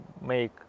make